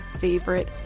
favorite